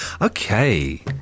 Okay